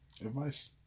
advice